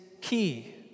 key